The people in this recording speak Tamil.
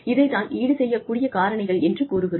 இதை தான் ஈடுசெய்யக் கூடிய காரணிகள் என்று கூறுகிறோம்